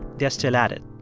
they're still at it.